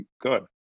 good